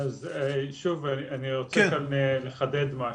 שוב, אני רוצה כאן לחדד משהו.